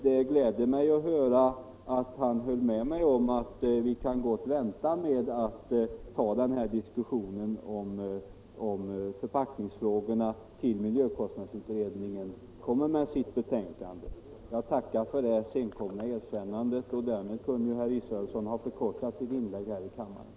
Det gladde mig att höra att han höll med mig om att vi gott kan vänta med diskussionen om förpackningsfrågorna tills miljökostnadsutredningen kommer med sitt betänkande. Jag tackar för det sena erkännandet. Hade det kommit litet tidigare, kunde herr Israelsson därmed ha förkortat sitt inlägg här i kammaren.